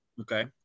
Okay